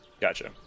Gotcha